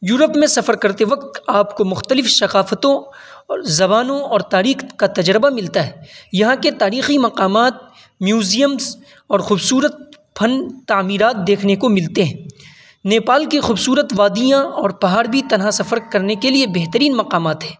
Europe میں سفر کرتے وقت آپ کو مختلف ثقافتوں اور زبانوں اور تاریخ کا تجربہ ملتا ہے یہاں کے تاریخی مقامات میوزیمس اور خوبصورت فن تعمیرات دیکھنے کو ملتے ہیں نیپال کی خوبصورت وادیاں اور پہاڑ بھی تنہا سفر کرنے کے لیے بہترین مقامات ہیں